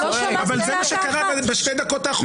אבל זה מה שקרה בשתי דקות האחרונות.